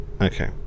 Okay